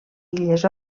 illes